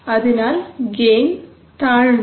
അതിനാൽ ഗെയിൻ താഴുന്നു